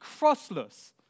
crossless